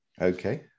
okay